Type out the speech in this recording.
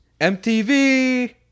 MTV